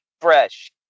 fresh